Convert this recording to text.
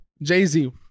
Jay-Z